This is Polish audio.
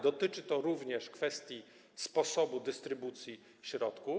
Dotyczy to również kwestii sposobu dystrybucji środków.